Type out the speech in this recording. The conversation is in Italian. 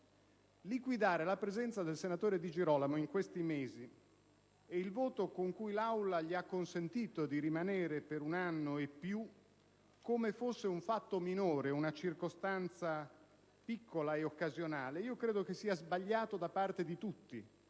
liquidare la presenza del senatore Di Girolamo in questi mesi e il voto con cui l'Aula gli ha consentito di rimanere per un anno e più, come fosse un fatto minore, una circostanza piccola e occasionale, credo sia sbagliato da parte di tutti,